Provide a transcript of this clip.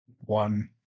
One